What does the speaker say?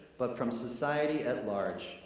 but from society at large.